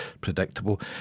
predictable